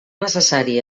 necessari